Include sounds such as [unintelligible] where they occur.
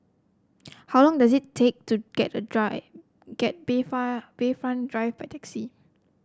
[noise] how long does it take to get to Drive get [unintelligible] Bayfront Drive by taxi